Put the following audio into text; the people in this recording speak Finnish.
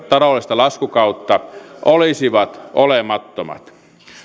taloudellista laskukautta olisivat olemattomat